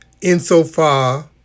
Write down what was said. insofar